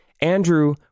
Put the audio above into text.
Andrew